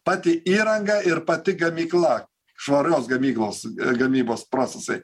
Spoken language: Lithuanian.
pati įranga ir pati gamykla švarios gamyklos gamybos procesai